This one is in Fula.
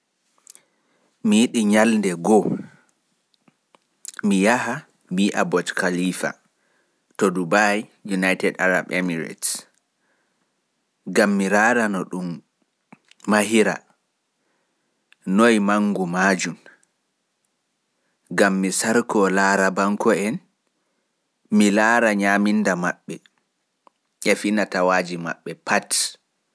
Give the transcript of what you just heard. Mi yiɗi nyalnde go mi yaha mi yiwuwa Burj Khalifa to Dubai, UnitedAraba Emirates gam mi raara no ɗun mahira, noe manngu maajun. Kadi gam mi sarko laarabanko'en mi laara nyaminda e fina tawaaji maɓɓe.